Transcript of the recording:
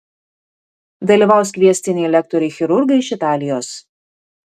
dalyvaus kviestiniai lektoriai chirurgai iš italijos